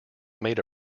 made